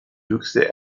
höchste